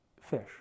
fish